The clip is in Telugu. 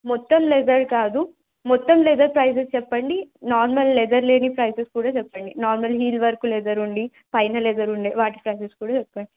మొత్తం లెదర్ కాదు మొత్తం లెదర్ ప్రైజెస్ చెప్పండి నార్మల్ లెదర్ లేని ప్రైజెస్ కూడా చెప్పండి నార్మల్ హీల్ వరకు లెదర్ ఉండి ఫైన లెదర్ ఉండే వాటి ప్రైజెస్ కూడా చెప్పండి